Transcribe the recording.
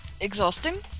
exhausting